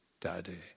Daddy